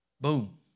Boom